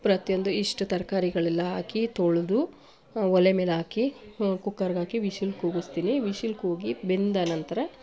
ಪ್ರತಿಯೊಂದು ಇಷ್ಟು ತರಕಾರಿಗಳೆಲ್ಲ ಹಾಕಿ ತೊಳೆದು ಒಲೆ ಮೇಲಾಕಿ ಕುಕ್ಕರ್ಗೆ ಹಾಕಿ ವಿಶಿಲ್ ಕೂಗಿಸ್ತೀನಿ ವಿಶಿಲ್ ಕೂಗಿ ಬೆಂದ ನಂತರ